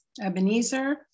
Ebenezer